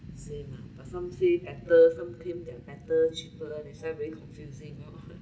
same lah but some say better some claim they're better cheaper that's why very confusing you know